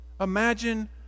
Imagine